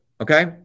okay